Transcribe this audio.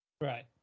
Right